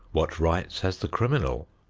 what rights has the criminal?